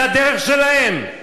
זו הדרך שלהם.